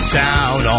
town